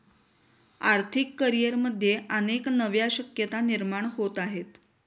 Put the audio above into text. आर्थिक करिअरमध्ये अनेक नव्या शक्यता निर्माण होत आहेत